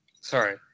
Sorry